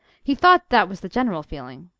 he thought that was the general feeling.